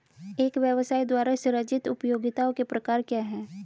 एक व्यवसाय द्वारा सृजित उपयोगिताओं के प्रकार क्या हैं?